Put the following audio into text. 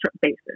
basis